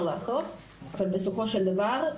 בסופו של דבר,